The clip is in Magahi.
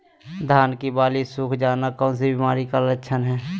धान की बाली सुख जाना कौन सी बीमारी का लक्षण है?